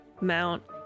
Mount